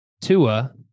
Tua